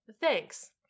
Thanks